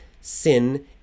sin